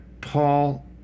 Paul